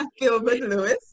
Gilbert-Lewis